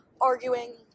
arguing